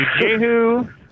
Jehu